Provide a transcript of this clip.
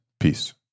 Peace